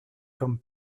comme